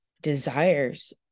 desires